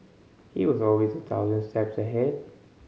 he was always a thousand steps ahead